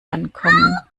ankommen